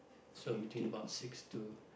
so between about six to